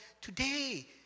today